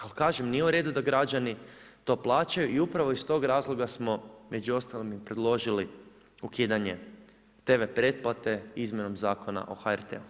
Ali kažem, nije u redu da građani to plaćaju i upravo iz tog razloga smo među ostalim i predložili ukidanje TV pretplate izmjenom Zakona o HRT-u.